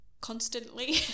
constantly